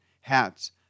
hats